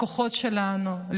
לכוחות שלנו,